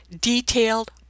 detailed